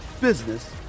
business